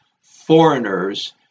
foreigners